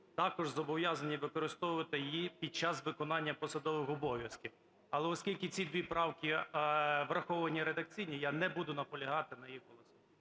також зобов'язані використовувати її під час виконання посадових обов'язків. Але оскільки ці дві правки враховані редакційно, я не буду наполягати на їх розгляді.